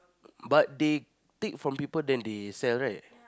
but they take from people then they sell right